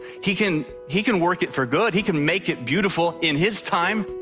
he can he can work it for good. he can make it beautiful in his time.